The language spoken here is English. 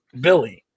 billy